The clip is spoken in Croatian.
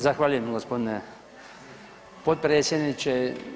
Zahvaljujem gospodine potpredsjedniče.